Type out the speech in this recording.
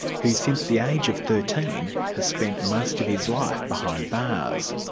who since the age of thirteen has spent most of his life behind bars.